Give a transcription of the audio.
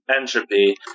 entropy